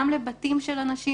גם לבתים של אנשים,